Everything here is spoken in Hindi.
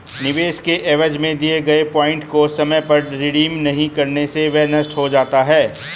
निवेश के एवज में दिए गए पॉइंट को समय पर रिडीम नहीं करने से वह नष्ट हो जाता है